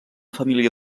família